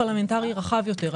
לפיקוח פרלמנטרי רחב יותר,